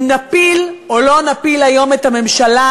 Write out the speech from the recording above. אם נפיל או לא נפיל היום את הממשלה,